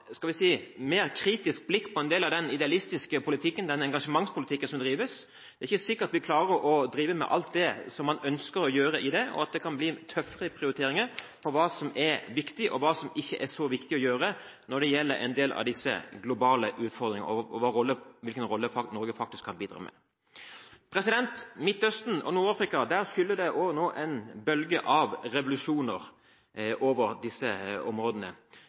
si – mer kritisk blikk på en del av den idealistiske politikken, den engasjementspolitikken, som føres. Det er ikke sikkert vi klarer å drive med alt man her ønsker å gjøre, at det kan bli tøffere prioriteringer med hensyn til hva som er viktig, og hva som ikke er så viktig å gjøre når det gjelder en del av de globale utfordringene og hvilken rolle Norge kan spille. Over Midtøsten og Nord-Afrika skyller det nå en bølge av revolusjoner.